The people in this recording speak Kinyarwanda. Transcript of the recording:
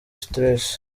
stress